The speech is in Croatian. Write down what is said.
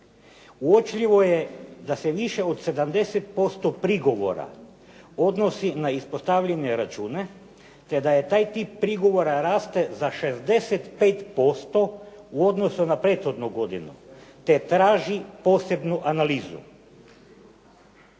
Uočljivo je da se više od 70% prigovora odnosi na ispostavljene račune te da je taj tip prigovora raste za 65% u odnosu na prethodnu godinu te traži posebnu analizu.